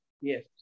Yes